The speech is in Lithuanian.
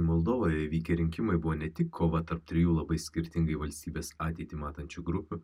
moldovoje vykę rinkimai buvo ne tik kova tarp trijų labai skirtingai valstybės ateitį matančių grupių